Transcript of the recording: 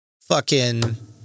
fucking-